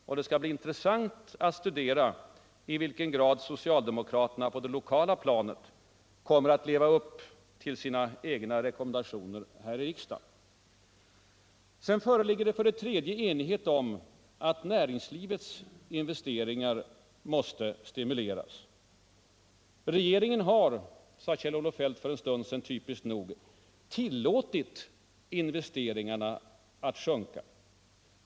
Och det skall bli intressant att studera i vilken grad socialdemokraterna på det lokala planet kommer att leva upp till sina egna rekommendationer här i riksdagen. För det tredje föreligger enighet om att näringslivets investeringar måste stimuleras. Regeringen hade, sade Kjell-Olof Feldt fören stund sedan, typiskt nog, ”tillåtit” investeringarna att sjunka.